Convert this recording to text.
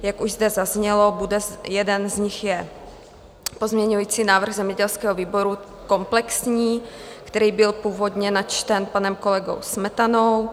Jak už zde zaznělo, jeden z nich je pozměňující návrh zemědělského výboru komplexní, který byl původně načten panem kolegou Smetanou.